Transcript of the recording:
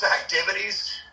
activities